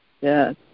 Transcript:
Yes